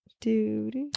Dude